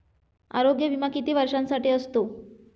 आरोग्य विमा किती वर्षांसाठी असतो?